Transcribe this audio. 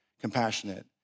Compassionate